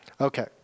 Okay